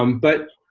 um but,